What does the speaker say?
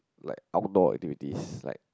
like outdoor activities like